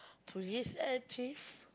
Police and Thief